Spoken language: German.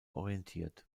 orientiert